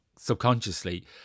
subconsciously